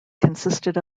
consisted